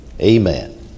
amen